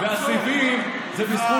אז בא החבר שלו, ואומר לו: משה,